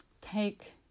take